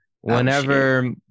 whenever